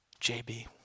JB